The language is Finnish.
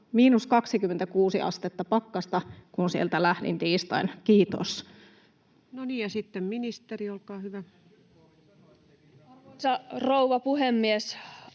Miinus 26 astetta pakkasta, kun sieltä lähdin tiistaina. — Kiitos. No niin. — Ja sitten ministeri, olkaa hyvä. Arvoisa rouva puhemies!